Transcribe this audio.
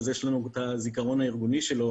אז יש לנו את הזיכרון הארגוני שלו